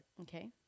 okay